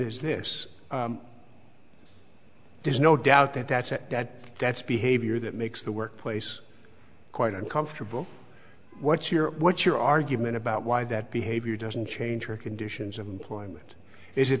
is this there's no doubt that that's that that's behavior that makes the workplace quite uncomfortable what you're what your argument about why that behavior doesn't change your conditions of employment is it